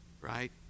right